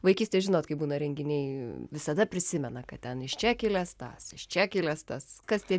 vaikystėj žinot kai būna renginiai visada prisimena kad ten iš čia kilęs tas iš čia kilęs tas kas tie